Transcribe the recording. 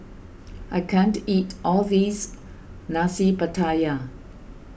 I can't eat all of this Nasi Pattaya